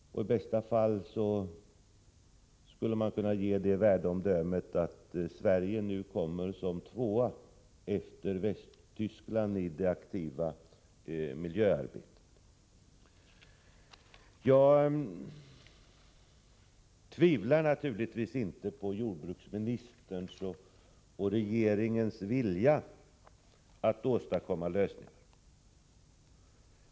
I bästa fall skulle man kunna ge det värdeomdömet att Sverige nu kommer som tvåa efter Västtyskland i det aktiva miljöarbetet. Jag tvivlar naturligtvis inte på jordbruksministerns och regeringens vilja att åstadkomma lösningar.